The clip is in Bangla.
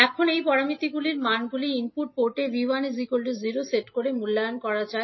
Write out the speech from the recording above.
এখন এই প্যারামিটারগুলির মানগুলি ইনপুট পোর্টে 𝐕1 0 সেট করে মূল্যায়ন করা যায়